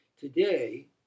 Today